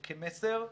כמסר.